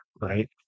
right